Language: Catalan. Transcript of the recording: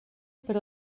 per